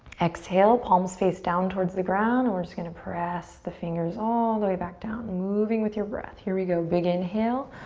exhale, palms face down towards the ground we're just gonna press the fingers all the way back down. moving with your breath. here we go. big inhale.